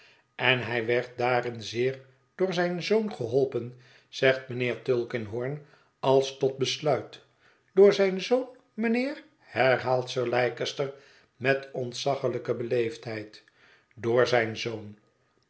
en hij werd daarin zeer door zijn zoon geholpen zegt mijnheer tulkinghorn als tot besluit door zijn zoon mijnheer herhaalt sir leicester met ontzaglijke beleefdheid door zijn zoon